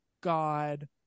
god